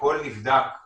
על מבודדים וחולים,